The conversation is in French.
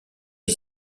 est